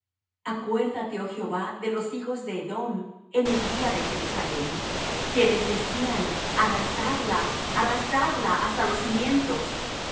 acuérdate oh jehová de los hijos de edom en el día de jerusalem quienes decían arrasadla arrasadla hasta los cimientos